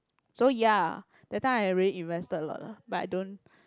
so ya that time I really invested a lot lah but I don't